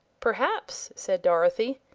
perhaps, said dorothy,